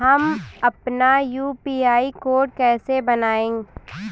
हम अपना UPI code कैसे बनाएँ?